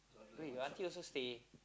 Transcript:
wait your auntie also stay